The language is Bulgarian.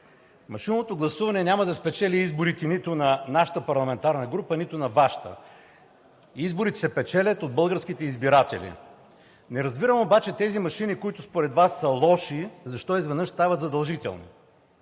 Машинното гласуване няма да спечели изборите нито на нашата парламентарна група, нито на Вашата. Изборите се печелят от българските избиратели. Не разбирам обаче тези машини, които според Вас са лоши, защо изведнъж стават задължителни?